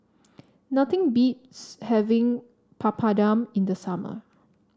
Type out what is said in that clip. nothing beats having Papadum in the summer